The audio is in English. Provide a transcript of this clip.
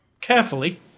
carefully